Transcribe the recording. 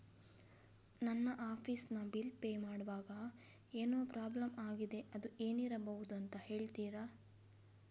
ನನ್ನ ಆಫೀಸ್ ನ bill pay ಮಾಡ್ವಾಗ ಏನೋ ಪ್ರಾಬ್ಲಮ್ ಆಗಿದೆ ಅದು ಏನಿರಬಹುದು ಅಂತ ಹೇಳ್ತೀರಾ?